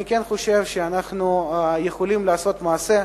ואני חושב שאנחנו יכולים לעשות מעשה.